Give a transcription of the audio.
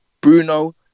Bruno